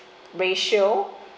ratio